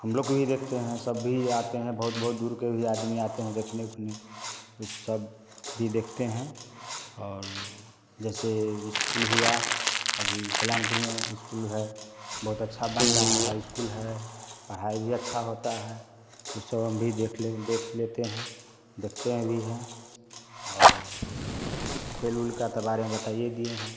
हम लोग के भी देखते हैं सभी आते हैं बहुत बहुत दूर के भी आदमी आते हैं देखने ओखने वे सब भी देखते हैं और जैसे इस्कुल हुआ अभी कल्याणपुर में इस्कुल है बहुत अच्छा बन रहा हाई इस्कुल है पढ़ाई भी अच्छा होता है वह सब हम भी देख लें देख लेते हैं देखते भी हैं और खेल ऊल का तो बारे में बता ही दिए हैं